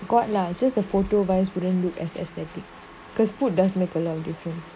got lah it's just the photo buys wouldn't look as aesthetic because food does make a lot of difference